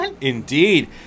Indeed